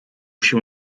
się